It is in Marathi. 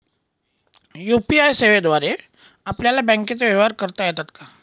यू.पी.आय सेवेद्वारे आपल्याला बँकचे व्यवहार करता येतात का?